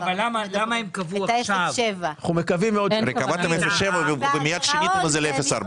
אבל למה הם קבעו עכשיו --- הרי קבעתם 0.7 ומיד שיניתם את זה ל-0.4.